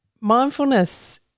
Mindfulness